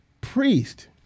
priest